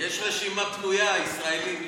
יש רשימה פנויה, הישראלים.